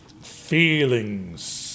feelings